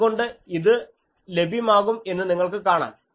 അതുകൊണ്ട് ഇത് ലഭ്യമാകും എന്ന് നിങ്ങൾക്ക് കാണാം